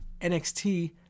NXT